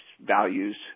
values